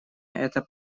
это